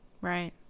right